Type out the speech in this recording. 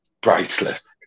priceless